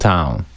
Town